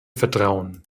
vertrauen